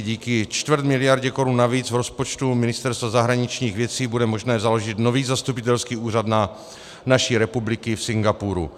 Díky čtvrtmiliardě korun navíc v rozpočtu Ministerstva zahraničních věcí bude možné založit nový zastupitelský úřad naší republiky v Singapuru.